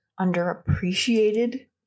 underappreciated